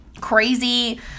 crazy